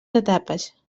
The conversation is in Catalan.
etapes